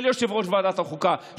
של יושב-ראש ועדת החוקה,